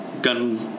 Gun